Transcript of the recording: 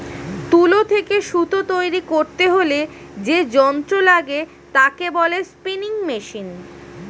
তুলো থেকে সুতো তৈরী করতে হলে যে যন্ত্র লাগে তাকে বলে স্পিনিং মেশিন